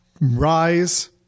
Rise